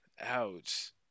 Ouch